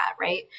right